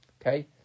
okay